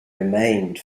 remained